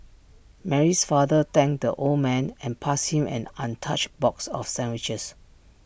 Mary's father thanked the old man and passed him an untouched box of sandwiches